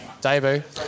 debut